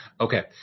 Okay